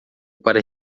para